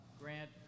Grant